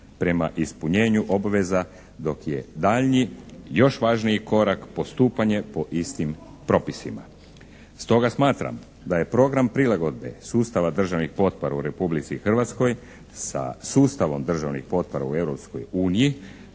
prema ispunjenju obveza dok je daljnji još važniji korak postupanje po istim propisima. Stoga smatram da je program prilagodbe sustava državnih potpora u Republici Hrvatskoj sa sustavom državnih potpora u